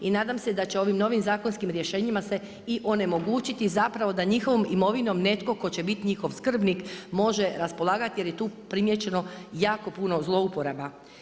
I nadam se da će ovim novim zakonskim rješenjima se i onemogućiti zapravo da njihovom imovinom netko tko će bit njihov skrbnik može raspolagati, jer je tu primijećeno jako puno zlouporaba.